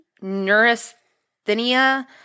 neurasthenia